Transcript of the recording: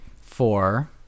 four